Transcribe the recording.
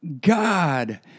God